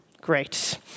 great